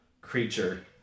creature